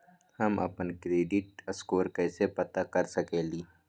हम अपन credit score कैसे पता कर सकेली?